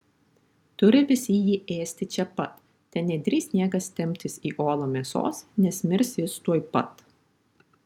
turi visi jį ėsti čia pat te nedrįs niekas temptis į olą mėsos nes mirs jis tuoj pat